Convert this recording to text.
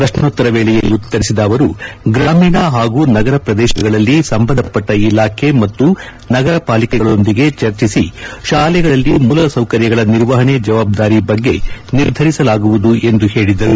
ಪ್ರಶ್ನೋತ್ತರ ವೇಳೆಯಲ್ಲಿ ಉತ್ತರಿಸಿದ ಅವರು ಗ್ರಾಮೀಣ ಹಾಗೂ ನಗರ ಪ್ರದೇಶಗಳಲ್ಲಿ ಸಂಬಂಧಪಟ್ಟ ಇಲಾಖೆ ಮತ್ತು ನಗರಪಾಲಿಕೆಗಳೊಂದಿಗೆ ಚರ್ಚಿಸಿ ಶಾಲೆಗಳಲ್ಲಿ ಮೂಲಸೌಕರ್ಯಗಳ ನಿರ್ವಹಣೆ ಜವಾಬ್ದಾರಿ ಬಗ್ಗೆ ನಿರ್ಧರಿಸಲಾಗುವುದು ಎಂದು ಹೇಳಿದರು